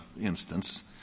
instance